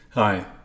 Hi